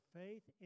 faith